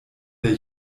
der